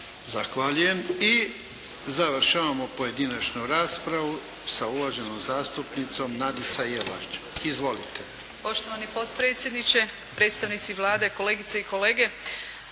Zahvaljujem. I završavamo pojedinačnu raspravu sa uvaženom zastupnicom Nadicom Jelaš. Izvolite. **Jelaš, Nadica (SDP)** Poštovani potpredsjedniče, predstavnici Vlade, kolegice i kolege.